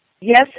Yes